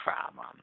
problem